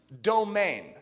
domain